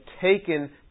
taken